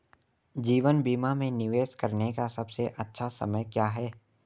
जीवन बीमा में निवेश करने का सबसे अच्छा समय क्या है?